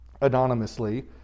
anonymously